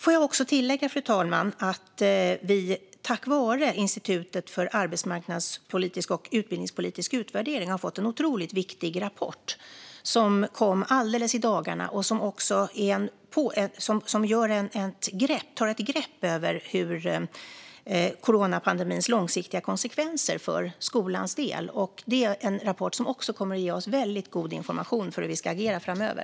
Får jag också tillägga, fru talman, att vi tack vare Institutet för arbetsmarknads och utbildningspolitisk utvärdering har fått en otroligt viktig rapport, som kom alldeles i dagarna och som tar ett grepp om coronapandemins långsiktiga konsekvenser för skolan. Det är en rapport som kommer att ge oss väldigt god information när det gäller hur vi ska agera framöver.